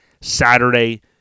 Saturday